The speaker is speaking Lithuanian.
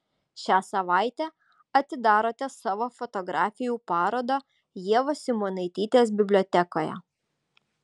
šią savaitę atidarote savo fotografijų parodą ievos simonaitytės bibliotekoje